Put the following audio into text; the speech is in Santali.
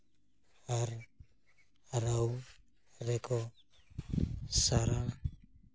ᱟᱨ ᱦᱟᱨᱟᱣ ᱨᱮᱠᱚ ᱥᱟᱨᱟ